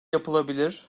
yapılabilir